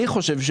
אני חושב,